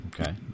Okay